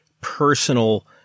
personal